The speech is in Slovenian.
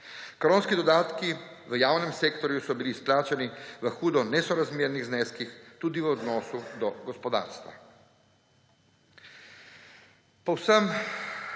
Koronski dodatki v javnem sektorju so bili izplačani v hudo nesorazmernih zneskih tudi v odnosu do gospodarstva.